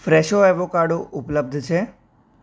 Fresho avocado ઉપલબ્ધ છે